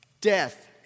Death